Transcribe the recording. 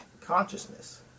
consciousness